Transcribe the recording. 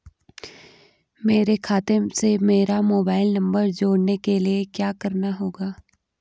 मेरे खाते से मेरा मोबाइल नम्बर जोड़ने के लिये क्या करना होगा?